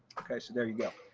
okay, so there you go.